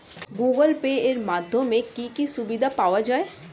Google Pay এর মাধ্যমে কি কি সুবিধা পাওয়া যায়?